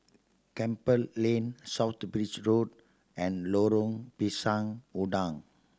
Campbell Lane South Bridge Road and Lorong Pisang Udang